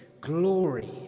glory